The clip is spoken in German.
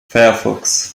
firefox